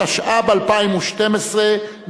התשע"ב 2012,